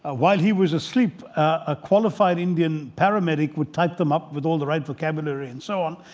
ah while he was asleep, a qualified indian paramedic would type them up with all the right vocabulary and so on.